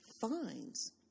fines